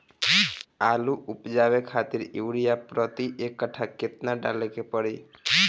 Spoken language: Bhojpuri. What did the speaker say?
आलू उपजावे खातिर यूरिया प्रति एक कट्ठा केतना डाले के पड़ी?